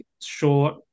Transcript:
short